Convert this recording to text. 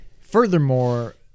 furthermore